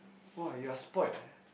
!wah! you are spoilt leh